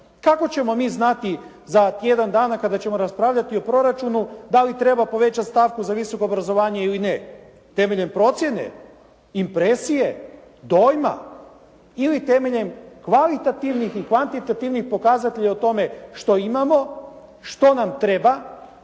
Kako ćemo mi znati za tjedan dana kada ćemo raspravljati o proračunu da li treba povećati stavku za visoko obrazovanje ili ne. Temeljem procjene, impresije, dojma ili temeljem kvalitativnih i kvantitativnih pokazatelja o tome što imamo , što vam treba